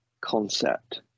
concept